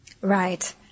Right